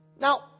Now